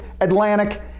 Atlantic